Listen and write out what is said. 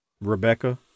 Rebecca